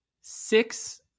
Six